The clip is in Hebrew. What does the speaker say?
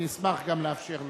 אני אשמח גם לאפשר לו,